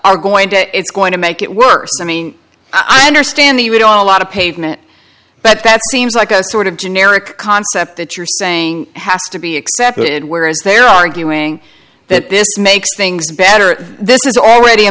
are going to it's going to make it worse i mean i understand the road on a lot of pavement but that seems like a sort of generic concept that you're saying has to be accepted whereas they're arguing that this makes things better this is already a